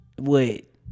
Wait